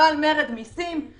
לא על מרד מיסים.